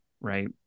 right